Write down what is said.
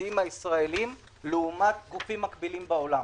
המוסדיים הישראלים לעומת גופים מקבילים בעולם.